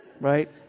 right